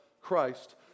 Christ